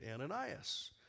Ananias